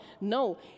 No